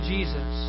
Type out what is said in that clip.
Jesus